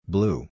Blue